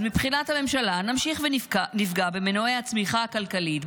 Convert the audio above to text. אז מבחינת הממשלה נמשיך ונפגע במנועי הצמיחה הכלכלית,